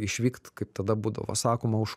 išvykt kaip tada būdavo sakoma už